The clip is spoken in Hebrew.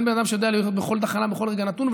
אין בן אדם שיודע מה הולך בכל תחנה בכל רגע נתון,